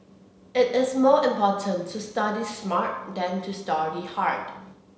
it is more important to study smart than to study hard